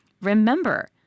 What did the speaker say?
remember